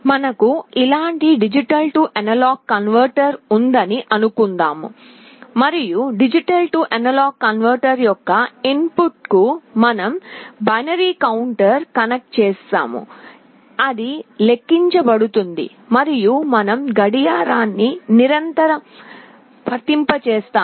మనకు ఇలాంటి D A converter ఉందని అనుకుందాం మరియు D A కన్వర్టర్ యొక్క ఇన్ ఫుట్ కు మనం బైనరీ కౌంటర్ ను కనెక్ట్ చేసాము అది లెక్కించబడుతుంది మరియు మనం గడియారాన్ని నిరంతరం వర్తింపజేస్తాము